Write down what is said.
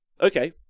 okay